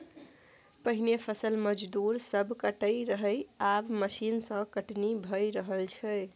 पहिने फसल मजदूर सब काटय रहय आब मशीन सँ कटनी भए रहल छै